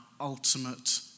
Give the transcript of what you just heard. ultimate